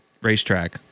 racetrack